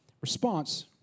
response